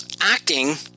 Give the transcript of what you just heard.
Acting